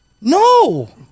no